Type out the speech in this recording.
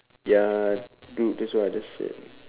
ya do that's what I just said